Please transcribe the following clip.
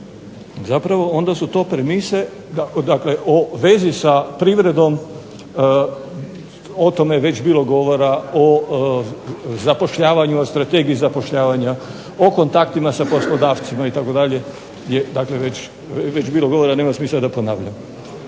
zapravo onda su to premise, dakle o vezi sa privredom o tome je već bilo govora o zapošljavanju, o strategiji zapošljavanja, o kontaktima sa poslodavcima itd. je dakle već bilo govora, nema smisla da ponavljam.